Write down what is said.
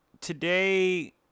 today